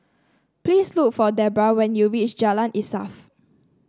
please look for Debbra when you reach Jalan Insaf